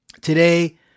today